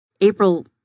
april